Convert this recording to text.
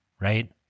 right